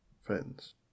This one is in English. friends